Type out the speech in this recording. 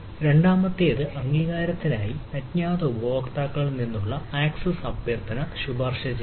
രണ്ടാമത്തേത് അംഗീകാരത്തിനായി അജ്ഞാത ഉപയോക്താക്കളിൽ നിന്നുള്ള ആക്സസ് അഭ്യർത്ഥന ശുപാർശ ചെയ്യുന്നു